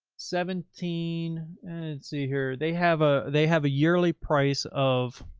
seventeen. let's see here they have a, they have a yearly price of.